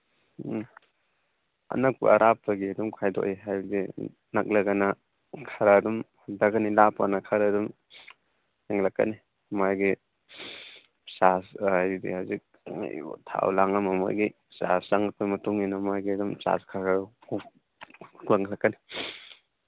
ꯎꯝ ꯑꯅꯛꯄ ꯑꯔꯥꯞꯄꯒꯤ ꯑꯗꯨꯝ ꯈꯥꯏꯗꯣꯛꯏ ꯍꯥꯏꯕꯗꯤ ꯅꯛꯂꯒꯅ ꯈꯔ ꯑꯗꯨꯝ ꯍꯟꯊꯒꯅꯤ ꯂꯥꯞꯄꯒꯅ ꯑꯗꯨꯝ ꯍꯦꯟꯂꯛꯀꯅꯤ ꯃꯥꯒꯤ ꯆꯥꯔꯖ ꯍꯥꯏꯗꯤ ꯍꯧꯖꯤꯛ ꯊꯥꯎ ꯂꯥꯡ ꯑꯃ ꯑꯃꯒꯤ ꯆꯥꯔꯖ ꯆꯪꯉꯛꯄ ꯃꯇꯨꯡꯏꯟꯅ ꯃꯣꯏꯒꯤ ꯑꯗꯨꯝ ꯆꯥꯔꯖ ꯈꯔ ꯀꯣꯟꯈꯠꯀꯅꯤ